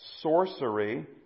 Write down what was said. sorcery